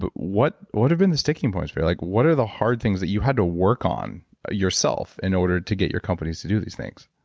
but what would have been the sticking points? or like what are the hard things that you had to work on yourself in order to get your companies to do these things?